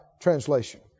translation